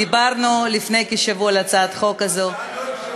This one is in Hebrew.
דיברנו לפני כשבוע על הצעת החוק הזאת.